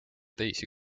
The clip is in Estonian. teisi